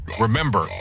Remember